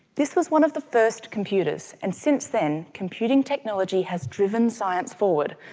this was one of the first computers, and since then computing technology has driven science forward,